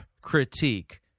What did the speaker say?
critique